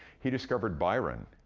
he discovered byron,